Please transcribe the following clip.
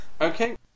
Okay